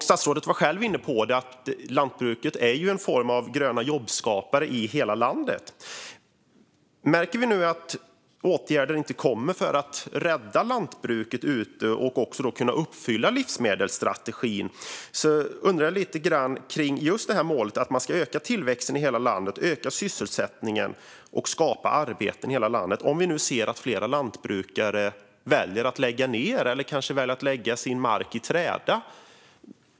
Statsrådet var själv inne på att lantbruket är en form av gröna jobb-skapare i hela landet. Märker vi nu att åtgärder inte kommer för att man ska kunna rädda lantbruket och kunna uppfylla livsmedelsstrategin undrar jag lite grann om målet: att man ska öka tillväxten i hela landet, öka sysselsättningen och skapa arbeten i hela landet. Låt oss säga att vi nu ser att flera lantbrukare väljer att lägga ned eller att lägga sin mark i träda.